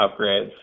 upgrades